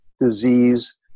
disease